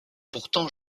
pourtant